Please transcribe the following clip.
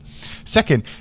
Second